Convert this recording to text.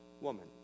Woman